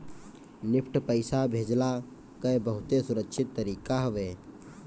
NEFT पईसा भेजला कअ बहुते सुरक्षित तरीका हवे